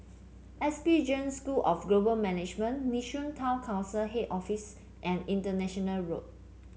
S P Jain School of Global Management Nee Soon Town Council Head Office and International Road